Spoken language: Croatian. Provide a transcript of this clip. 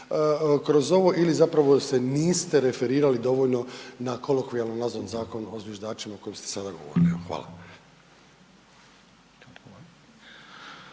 kroz ovo ili zapravo se niste referirali dovoljno na kolokvijalno nazvan zakon o zviždačima o kojem ste sada govorili? Evo,